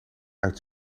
uit